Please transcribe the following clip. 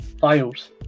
files